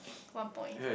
one point